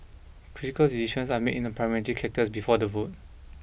critical decisions are made in a Parliamentary Caucus before the vote